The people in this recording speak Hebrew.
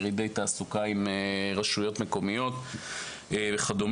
ירידי תעסוקה עם רשויות מקומיות וכד'.